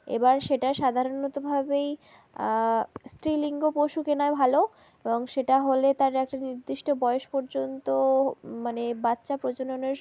এবার সেটা সাধারণতভাবেই স্ত্রীলিঙ্গ পশু কেনাই ভালো এবং সেটা হলে তার একটা নির্দিষ্ট বয়স পর্যন্ত মানে বাচ্চা প্রজননের